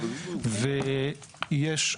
יש,